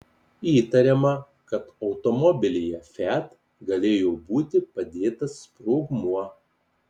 įtariama kad automobilyje fiat galėjo būti padėtas sprogmuo